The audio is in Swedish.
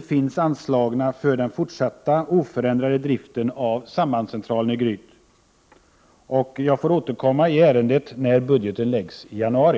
finns anslagna för den fortsatta oförändrade driften av sambandscentralen i Gryt när budgetpropositionen läggs fram i januari. Jag får återkomma i ärendet när budgetpropositionen läggs fram.